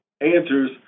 answers